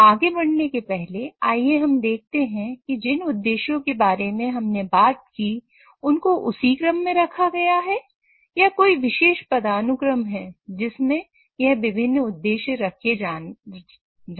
तो आगे बढ़ने की पहले आइए हम देखते हैं कि जिन उद्देश्यों के बारे में हमने बात की उनको उसी क्रम में रखा गया है या कोई विशेष पदानुक्रम है जिसमें यह विभिन्न उद्देश्य रखे जाना है